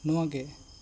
ᱱᱚᱣᱟ ᱜᱮ